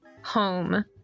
home